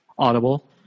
audible